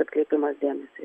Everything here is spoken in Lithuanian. atkreipimas dėmesį